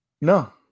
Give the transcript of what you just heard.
No